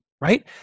right